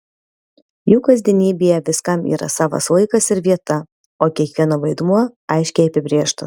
jų kasdienybėje viskam yra savas laikas ir vieta o kiekvieno vaidmuo aiškiai apibrėžtas